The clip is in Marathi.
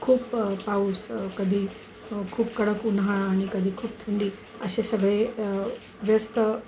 खूप पाऊस कधी खूप कडक उन्हाळा आणि कधी खूप थंडी असे सगळे व्यस्त